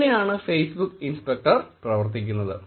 ഇങ്ങിനെയാണ് Facebook inspector പ്രവർത്തിക്കുന്നത്